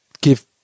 give